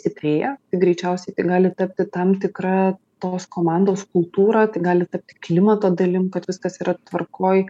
stiprėja greičiausiai tai gali tapti tam tikra tos komandos kultūra tai gali tapti klimato dalim kad viskas yra tvarkoj